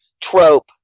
trope